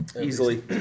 Easily